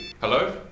Hello